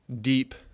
deep